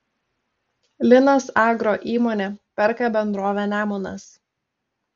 linas agro įmonė perka bendrovę nemunas